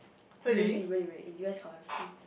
really really really in U_S currency